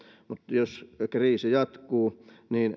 jos kriisi jatkuu